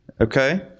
okay